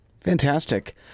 Fantastic